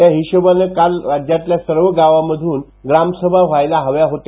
त्या हिशोबानं काल राज्यातल्या सर्व गावांमधून ग्रामसभा व्हायला हव्या होता